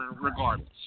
regardless